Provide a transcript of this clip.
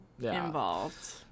involved